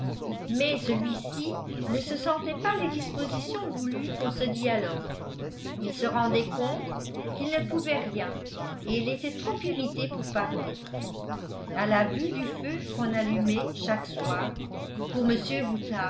mais celui-ci ne se sentait pas les dispositions voulues pour ce dialogue il se rendait compte qu'il ne pouvait rien et il était trop irrité pour parler à la vue du feu qu'on allumait chaque soir pour